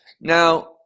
Now